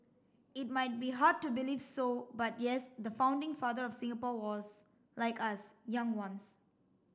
it might be hard to believe so but yes the founding father of Singapore was like us young once